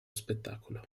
spettacolo